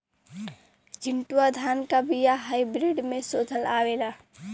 चिन्टूवा धान क बिया हाइब्रिड में शोधल आवेला?